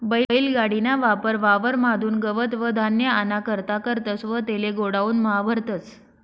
बैल गाडी ना वापर वावर म्हादुन गवत व धान्य आना करता करतस व तेले गोडाऊन म्हा भरतस